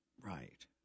Right